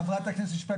חברת הכנסת שפק,